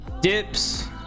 Dips